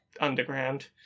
underground